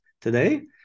today